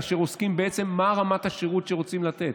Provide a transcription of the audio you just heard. כאשר עוסקים בעצם במה רמת השירות שרוצים לתת.